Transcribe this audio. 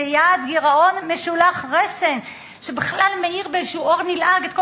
זה יעד גירעון משולח רסן שבכלל מאיר באיזשהו אור נלעג את כל